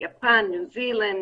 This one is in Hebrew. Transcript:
יפן, ניו זילנד,